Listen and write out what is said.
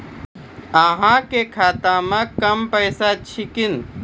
अहाँ के खाता मे कम पैसा छथिन?